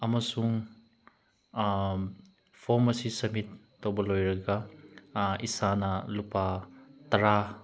ꯑꯃꯁꯨꯡ ꯐꯣꯝ ꯑꯁꯤ ꯁꯝꯃꯤꯠ ꯇꯧꯕ ꯂꯣꯏꯔꯒ ꯏꯁꯥꯅ ꯂꯨꯄꯥ ꯇꯔꯥ